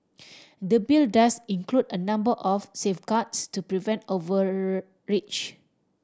the Bill does include a number of safeguards to prevent overreach